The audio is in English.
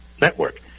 network